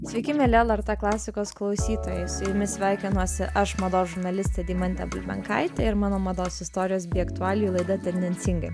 sveiki mieli lrt klasikos klausytojai su jumis sveikinuosi aš mados žurnalistė deimantė bulbenkaitė ir mano mados istorijos bei aktualijų laida tendencingai